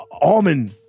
Almond